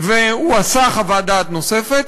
והוא הכין חוות דעת נוספת,